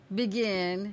begin